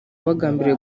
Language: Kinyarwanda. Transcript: bagambiriye